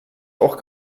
auch